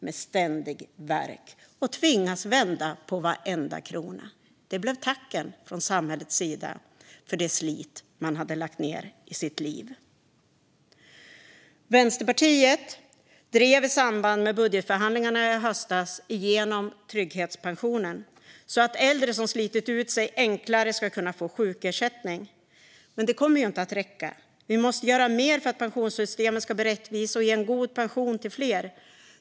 De har ständig värk och tvingas vända på varenda krona. Det blev tacken från samhällets sida för det slit de lagt ned i sitt liv. Vänsterpartiet drev i samband med budgetförhandlingarna i höstas igenom trygghetspensionen, så att äldre som slitit ut sig enklare ska kunna få sjukersättning. Men det kommer inte att räcka. Vi måste göra mer för att pensionssystemet ska bli rättvist och ge en god pension till fler.